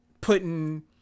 putting